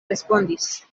respondis